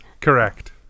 correct